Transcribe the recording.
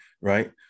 Right